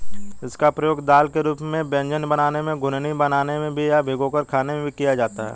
इसका प्रयोग दाल के रूप में व्यंजन बनाने में, घुघनी बनाने में या भिगोकर खाने में भी किया जाता है